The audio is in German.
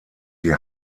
sie